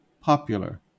popular